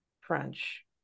french